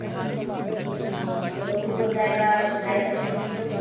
हाँ हाँ तो रोहू हो जाएगा ढाई सौ के किलो